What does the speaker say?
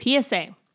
PSA